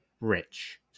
rich